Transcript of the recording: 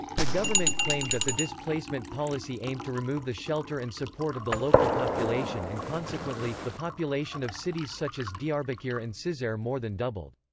the government claimed that the displacement policy aimed to remove the shelter and support of the local population and consequently, the population of cities such as diyarbakir and cizre more than doubled.